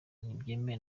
ntibyemewe